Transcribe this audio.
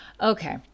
Okay